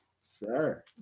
Sir